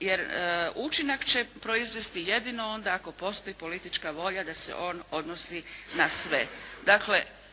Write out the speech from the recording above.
Jer učinak će proizvesti jedino onda ako postoji politička volja da se on odnosi na sve.